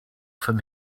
from